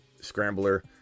scrambler